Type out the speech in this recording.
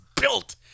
built